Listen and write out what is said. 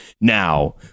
now